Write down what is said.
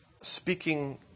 speaking